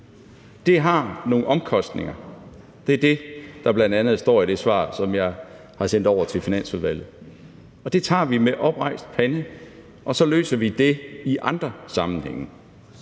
Det har nogle omkostninger – det er det, der bl.a. står i det svar, som jeg har sendt over til Finansudvalget – og det tager vi med oprejst pande, og så løser vi det i andre sammenhænge.